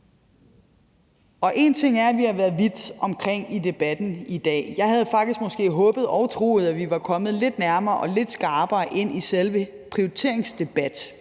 Én ting er, at vi har været vidt omkring i debatten i dag. Jeg havde faktisk måske håbet og troet, at vi var kommet lidt nærmere og lidt skarpere ind i selve prioriteringsdiskussionen,